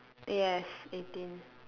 yes eighteen